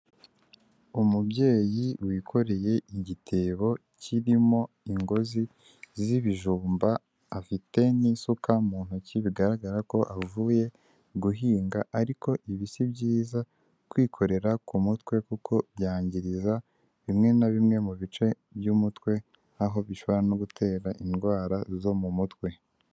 Umubyeyi wikoreye igitebo kirimo ingozi z'ibijumba afite n'isuka mu ntoki bigaragara ko avuye guhinga ariko ibi si byiza kwikorera ku mutwe kuko byangiriza bimwe na bimwe mu bice by'mutwe aho bishobora no gutera indwara zo mu mutwe.